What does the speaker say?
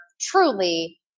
truly